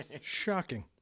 shocking